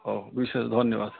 ହଉ ବିଶେଷ ଧନ୍ୟବାଦ